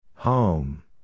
Home